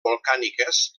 volcàniques